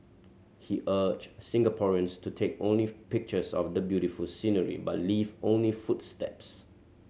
he urged Singaporeans to take only pictures of the beautiful scenery but leave only footsteps